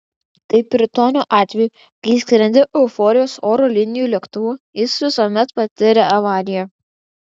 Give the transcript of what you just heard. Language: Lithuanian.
kaip ir tonio atveju kai skrendi euforijos oro linijų lėktuvu jis visuomet patiria avariją